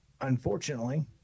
unfortunately